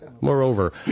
Moreover